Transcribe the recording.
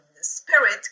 spirit